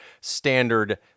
standard